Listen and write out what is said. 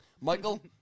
Michael